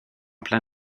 plein